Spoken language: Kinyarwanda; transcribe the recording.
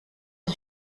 izi